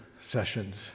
sessions